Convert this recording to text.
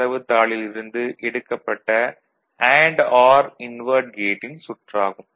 தரவுத் தாளில் இருந்து எடுக்கப்பட்ட அண்டு ஆர் இன்வெர்ட் கேட்டின் சுற்று ஆகும்